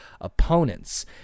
opponents